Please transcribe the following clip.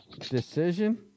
Decision